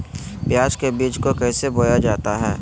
प्याज के बीज को कैसे बोया जाता है?